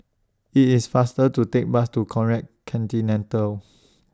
IT IS faster to Take Bus to Conrad Centennial